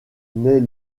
naît